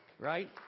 Right